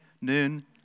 noon